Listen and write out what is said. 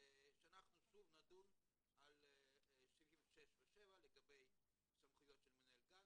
שאנחנו שוב נדון לגבי סעיפים 6 ו-7 לגבי סמכויות של מנהל גן